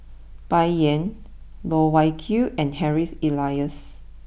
Bai Yan Loh Wai Kiew and Harry Elias